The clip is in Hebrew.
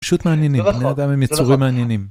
פשוט מעניינים, אני אדם עם יצורים מעניינים.